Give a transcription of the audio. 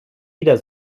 wieder